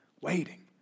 waiting